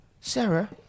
Sarah